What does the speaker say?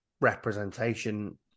representation